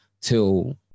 till